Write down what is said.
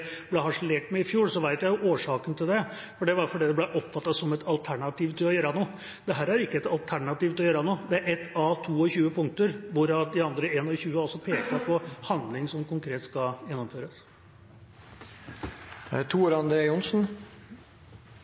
ble harselert med i fjor, vet jeg årsaken til det. Det var fordi det ble oppfattet som et alternativ til å gjøre noe. Dette er ikke et alternativ til å gjøre noe, det er ett av 22 punkter, hvorav de 21 andre peker på handling som konkret skal gjennomføres. Jeg registrerer at Arbeiderpartiet er